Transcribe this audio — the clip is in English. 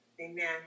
Amen